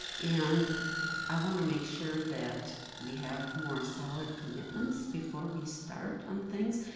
and i wanna make sure that we have more solid commitments before we start on things.